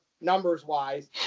Numbers-wise